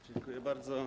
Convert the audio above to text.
Dziękuję bardzo.